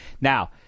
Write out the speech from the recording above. Now